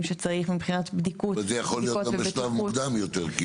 שצריך מבחינת בדיקות --- אבל זה יכול להיות בשלב מוקדם יותר.